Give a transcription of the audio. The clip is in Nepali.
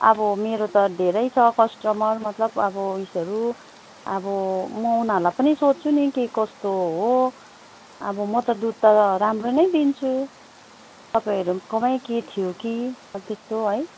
अब मेरो त धेरै छ कस्टमर मतलब अब उयसहरू अब म उनीहरूलाई पनि सोध्छु नि के कस्तो हो अब म त दुध त राम्रो नै दिन्छु तपाईँहरूकोमै के थियो कि अब त्यस्तो है